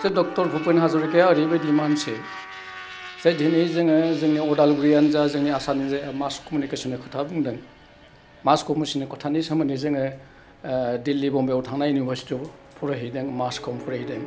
जे डक्टर भुपेन हाज'रिकाया ओरैबायदि मानसि जाय दिनै जोङो जोंनि अदालगुरियानो जा जोंनि आसामनि जे मास कमिनिकेसननि खोथा बुंदों मास कमिसननि खोथानि सोमोन्दै जोङो दिल्ली बम्बाइआव थानाय इउनिभारसिटियाव फरायहैदों मासकम फरायहैदों